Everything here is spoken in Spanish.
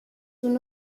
uno